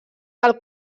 del